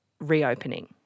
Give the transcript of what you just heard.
reopening